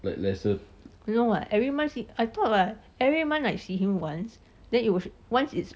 no [what] every month s~ I thought [what] every month I see him once then it w~ once it's